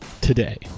today